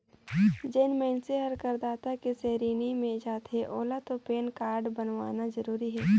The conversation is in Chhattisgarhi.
जेन मइनसे हर करदाता के सेरेनी मे आथे ओेला तो पेन कारड बनवाना जरूरी हे